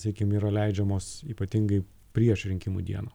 sakykim yra leidžiamos ypatingai prieš rinkimų dieną